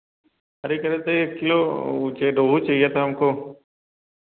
अरे कह रहे थे एक किलो ओ चे तो रोहू चहिए था हमको